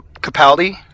Capaldi